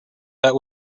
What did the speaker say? that